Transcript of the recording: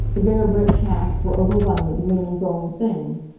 the bare brick paths were overrun with the green of growing things.